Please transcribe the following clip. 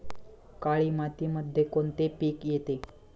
काळी मातीमध्ये कोणते पिके येते?